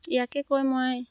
ইয়াকে কয় মই